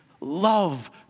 love